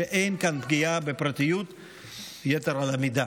שאין כאן פגיעה בפרטיות יתר על המידה.